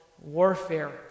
warfare